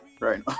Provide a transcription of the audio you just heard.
right